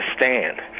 stand